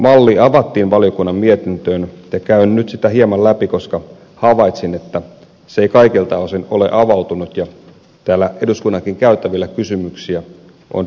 toivomuksestani malli avattiin valiokunnan mietintöön ja käyn nyt sitä hieman läpi koska havaitsin että se ei kaikilta osin ole avautunut ja täällä eduskunnankin käytävillä kysymyksiä on riittänyt